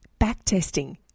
backtesting